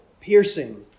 piercing